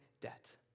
debt